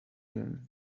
than